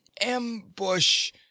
ambush